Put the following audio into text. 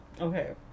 okay